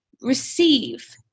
Receive